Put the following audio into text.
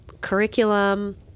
curriculum